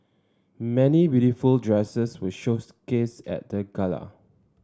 many beautiful dresses were shows cased at the gala